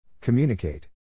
Communicate